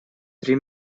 три